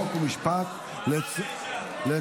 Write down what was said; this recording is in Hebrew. חוק ומשפט לצורך,